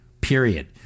period